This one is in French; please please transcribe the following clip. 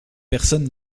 personne